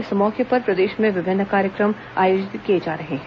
इस मौके पर प्रदेश में विभिन्न कार्यक्रम आयोजित जा रहे हैं